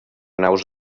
naus